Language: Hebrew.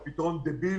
זה פתרון דבילי.